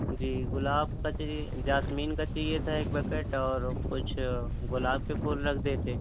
جی گلاب کا جاسمین کا چاہیے تھا ایک بکٹ اور کچھ گلاب کے پھول رکھ دیتے